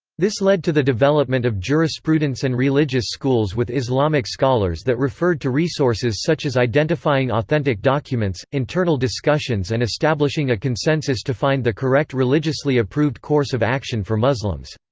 this led to the development of jurisprudence and religious schools with islamic scholars that referred to resources such as identifying authentic documents, internal discussions and establishing a consensus to find the correct religiously approved course of action for muslims.